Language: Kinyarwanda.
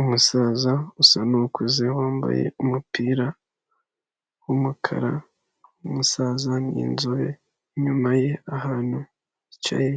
Umusaza usa nukuze wambaye umupira w'umukara uyu musaza ni inzobe inyuma ye ahantu yicaye